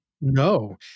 No